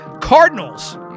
Cardinals